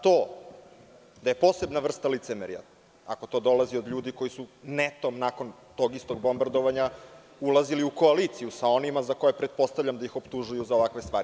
To je posebna je vrsta licemerja, a to dolazi od ljudi koji su nakon tog istog bombardovanja ulazili u koaliciju sa onima za koje pretpostavljam da ih optužuju za ovakve stvari.